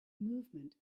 movement